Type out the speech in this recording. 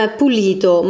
pulito